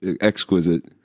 exquisite